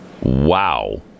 Wow